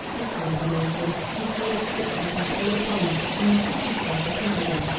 equally upon the instant he saw the trick that had been played upon him and in a second flash had turned again.